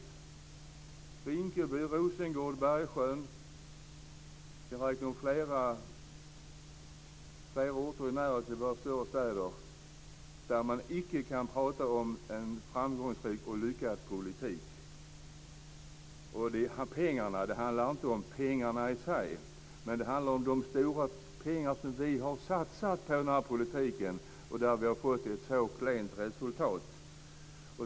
I Rinkeby, Rosengård, Bergsjön och flera andra orter i närheten av våra större städer kan man inte prata om en framgångsrik och lyckad politik. Det handlar inte om pengarna i sig; det handlar om de stora pengar som vi har satsat på den här politiken där vi har fått ett så klent resultat.